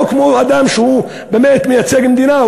לא כמו אדם שמייצג מדינה,